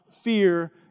fear